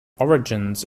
origins